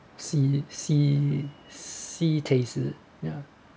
sea sea sea taste ya